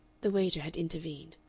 the waiter had intervened.